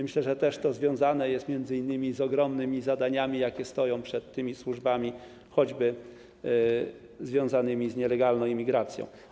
Myślę, że jest to też związane m.in. z ogromnymi zadaniami, jakie stoją przed tymi służbami, choćby związanymi z nielegalną imigracją.